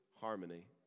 harmony